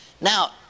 now